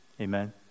Amen